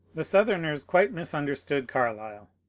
the southerners quite misunderstood carlyle.